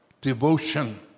devotion